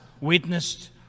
witnessed